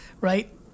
right